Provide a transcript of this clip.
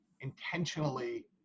intentionally